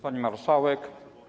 Pani Marszałek!